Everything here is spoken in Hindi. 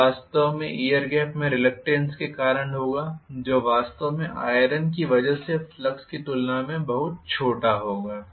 एक वास्तव में एयर गेप में रिलक्टेन्स के कारण होगा जो वास्तव में आइरन की वजह से फ्लक्स की तुलना में बहुत छोटा होगा